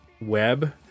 web